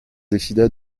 décida